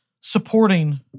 supporting